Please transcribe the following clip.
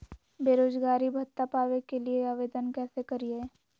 बेरोजगारी भत्ता पावे के लिए आवेदन कैसे करियय?